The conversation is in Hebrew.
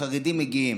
החרדים מגיעים.